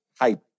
hype